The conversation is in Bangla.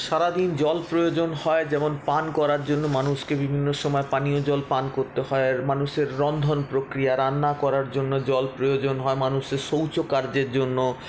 সারাদিন জল প্রয়োজন হয় যেমন পান করার জন্য মানুষকে বিভিন্ন সময় পানীয় জল পান করতে হয় মানুষের রন্ধন প্রক্রিয়া রান্না করার জন্য জল প্রয়োজন হয় মানুষের শৌচকার্যের জন্য